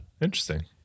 interesting